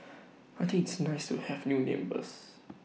I think it's nice to have new neighbours